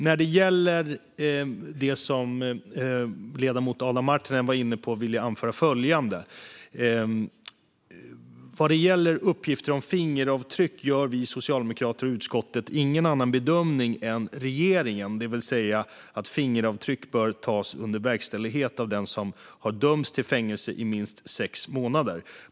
När det gäller det som ledamoten Adam Marttinen var inne på vill jag anföra följande: Vad gäller uppgifter om fingeravtryck gör vi socialdemokrater i utskottet ingen annan bedömning än regeringen, det vill säga att fingeravtryck bör tas under verkställigheten av den som har dömts till fängelse i minst sex månader.